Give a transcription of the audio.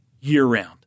year-round